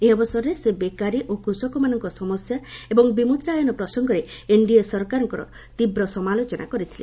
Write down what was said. ଏହି ଅବସରରେ ସେ ବେକାରୀ ଓ କୃଷକଙ୍କ ସମସ୍ୟା ଏବଂ ବିମୁଦ୍ରାୟନ ପ୍ରସଙ୍ଗରେ ଏନ୍ଡିଏ ସରକାରଙ୍କ ତୀବ୍ର ସମାଲୋଚନା କରିଥିଲେ